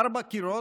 ארבעה קירות,